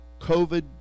COVID